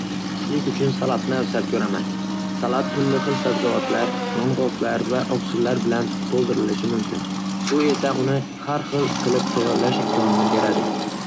Tushlik uchun salatni afzal ko'raman. Salat turli xil sabzavotlar, yong'oqlar va oqsillar bilan to'ldirilishi mumkin, bu esa uni har xil qilib tayyorlash imkonini beradi.